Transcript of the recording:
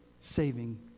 saving